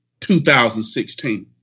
2016